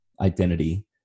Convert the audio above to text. identity